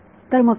तर मग काय